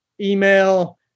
email